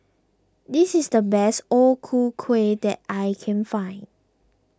this is the best O Ku Kueh that I can find